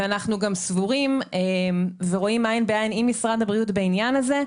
ואנחנו גם סבורים ורואים עין בעין עם משרד הבריאות בעניין הזה,